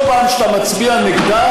כל פעם שאתה מצביע נגדה,